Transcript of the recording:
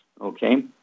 okay